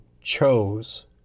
chose